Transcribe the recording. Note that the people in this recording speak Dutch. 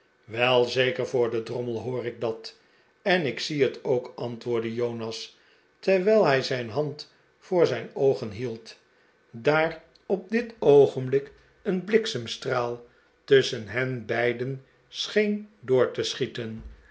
wel zeker voor den drommel hoor ik dat en ik zie het ook antwoordde jonas terwijl hij zijn hand voor zijn oogen hield daar op dit oogenblik een bliksemstraal tusschen hen beiden scheen door te schieten